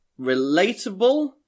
Relatable